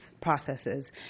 processes